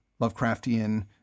Lovecraftian